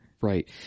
Right